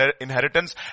inheritance